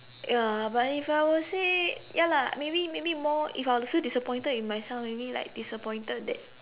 uh but if I will say ya lah maybe maybe more if I were to feel disappointed in myself maybe like disappointed that